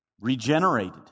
regenerated